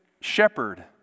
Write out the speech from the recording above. shepherd